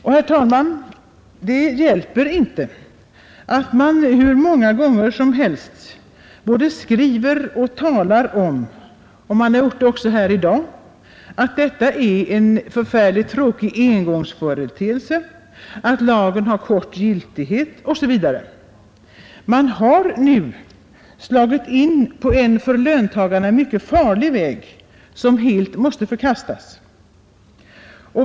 Och, herr talman, det hjälper inte att man hur många gånger som helst skriver och talar om — och man har gjort det också här i dag — att detta är en förfärligt tråkig engångsföreteelse, att lagen har kort giltighet osv. Man har nu slagit in på en för löntagarna mycket farlig väg, som helt måste förkastas.